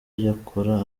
yakora